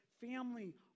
family